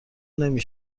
نمی